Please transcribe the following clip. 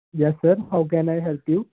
yes sir how can I help you